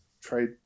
trade